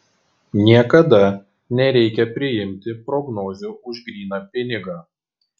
niekada nereikia priimti prognozių už gryną pinigą